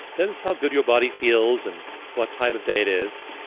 notice how good your body feels and what time of day it is.